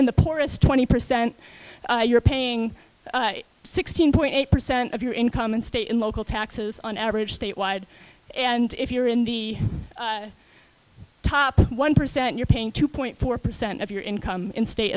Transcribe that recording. in the poorest twenty percent you're paying sixteen point eight percent of your income in state and local taxes on average statewide and if you're in the top one percent you're paying two point four percent of your income in state